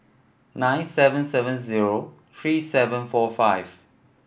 nine seven seven zero three seven four five